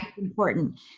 important